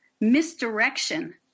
misdirection